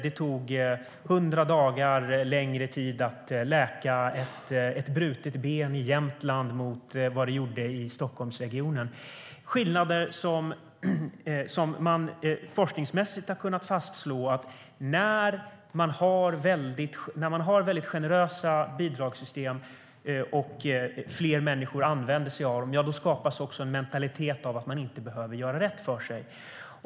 Det tog hundra dagar längre att läka ett brutet ben i Jämtland jämfört med vad det gjorde i Stockholmsregionen. Forskningsmässigt har man kunnat fastslå att dessa skillnader beror på att när man har väldigt generösa bidragssystem som fler människor använder sig av, då skapas också en mentalitet av att de inte behöver göra rätt för sig.